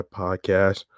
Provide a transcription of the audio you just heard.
podcast